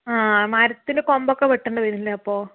ആ മരത്തിൻ്റെ കൊമ്പൊക്കെ വെട്ടേണ്ടി വരൂലെ അപ്പോൾ